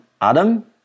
Adam